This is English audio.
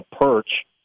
perch